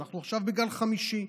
אנחנו עכשיו בגל חמישי,